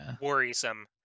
worrisome